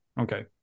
Okay